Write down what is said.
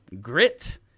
grit